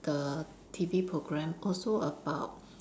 the T_V programme also about